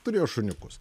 turėjo šuniukus